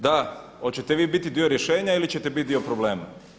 Da, hoćete vi biti dio rješenja ili ćete biti dio problema?